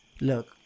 look